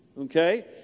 Okay